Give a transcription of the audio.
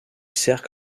sert